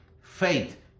faith